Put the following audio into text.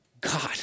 God